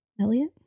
Elliot